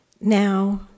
now